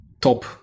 top